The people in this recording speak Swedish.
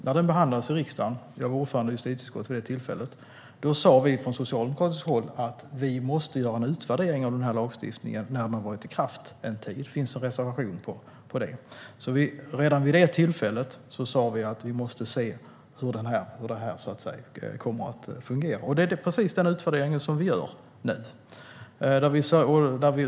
När den behandlades i riksdagen - jag var ordförande i justitieutskottet vid det tillfället - sa vi från socialdemokratiskt håll att vi måste göra en utvärdering av lagstiftningen när den har varit i kraft en tid. Det finns en reservation. Redan vid det tillfället sa vi att vi måste se hur lagen kommer att fungera. Det är precis den utvärderingen vi nu gör.